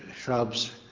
shrubs